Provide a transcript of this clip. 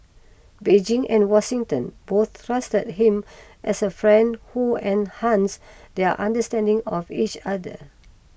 Beijing and Washington both trusted him as a friend who enhanced their understanding of each other